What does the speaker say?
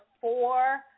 four